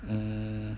mm